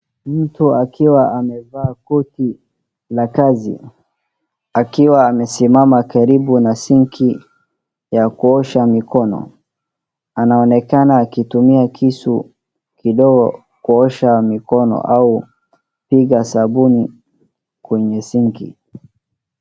Mtu akiwa amevaa koti la kazi akiwa amesimama karibu na sinki ya kuosha mikono anaonekanaa akitumia kisu kidogo kuosha mikono au piga sabuni kwenye sinki .